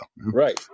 right